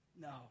No